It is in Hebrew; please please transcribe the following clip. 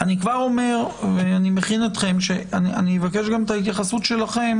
אני כבר אומר שאני אבקש את ההתייחסות שלכם